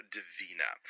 Divina